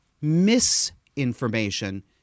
misinformation